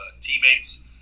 teammates